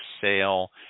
sale